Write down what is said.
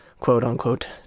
quote-unquote